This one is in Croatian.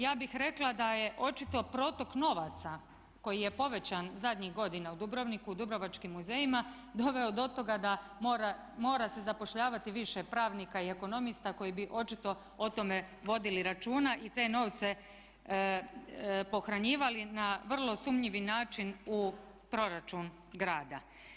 Ja bih rekla da je očito protek novaca koji je povećan zadnjih godina u Dubrovniku, u dubrovačkim muzejima doveo do toga da mora se zapošljavati više pravnika i ekonomista koji bi očito o tome vodili računa i te novce pohranjivali na vrlo sumnjivi način u proračun grada.